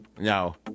No